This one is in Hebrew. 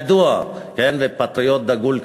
ופטריוט דגול,